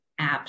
apps